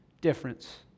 difference